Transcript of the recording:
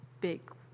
big